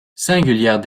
singulière